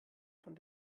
von